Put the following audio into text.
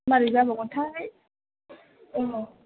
माबोरै जाबावगोनथाय औ